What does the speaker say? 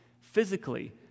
Physically